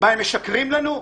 הם משקרים לנו?